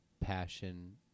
passion